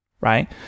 right